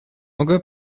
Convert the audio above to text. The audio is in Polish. mogę